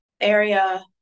area